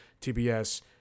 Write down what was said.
tbs